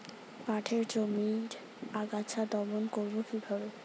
পাটের জমির আগাছা দমন করবো কিভাবে?